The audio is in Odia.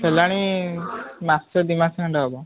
ହେଲାଣି ମାସେ ଦୁଇମାସ ଖଣ୍ଡେ ହେବ